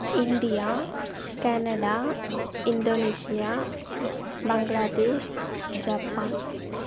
India Canada Indonesia Bangladesh Japan